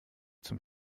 zum